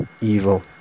evil